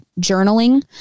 journaling